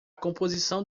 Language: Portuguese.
composição